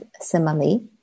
simile